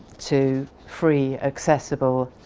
to free, accessible,